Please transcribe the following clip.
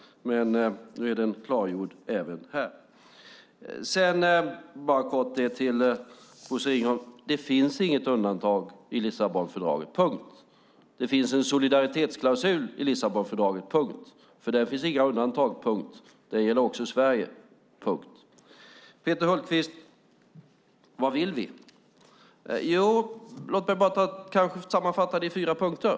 Nu är den klargjord även här. Det finns inget undantag i Lissabonfördraget, Bosse Ringholm. Det finns en solidaritetsklausul i Lissabonfördraget. Där finns inga undantag. Det gäller också Sverige. Peter Hultqvist frågar vad vi vill. Låt mig sammanfatta det i fyra punkter.